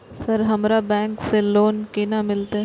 Sir हमरा bank से loan केना मिलते?